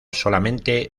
solamente